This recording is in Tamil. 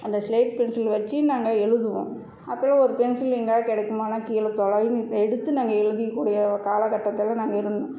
அந்த ஸ்லேட் பென்சில் வைச்சி நாங்கள் எழுதுவோம் அப்புறம் ஒரு பென்சில் எங்கேயாவது கிடைக்குமாலாம் கீழே தொலாவி எடுத்து நாங்கள் எழுதிக்கூடிய காலகட்டத்தில் நாங்கள் இருந்தோம்